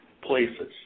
places